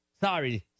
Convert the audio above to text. Sorry